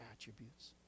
attributes